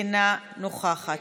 אינה נוכחת,